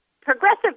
Progressive